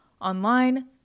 online